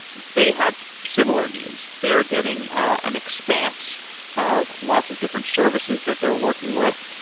they have similar needs. they are getting ah an expanse of lots of different services that they're working with.